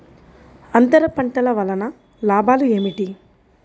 అంతర పంటల వలన లాభాలు ఏమిటి?